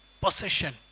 possession